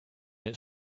its